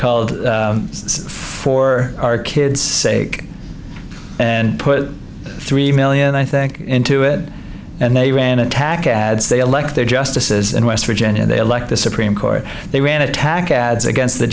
called for our kids sake and put three million i think into it and they ran attack ads they elect their justices in west virginia they like the supreme court they ran attack ads against the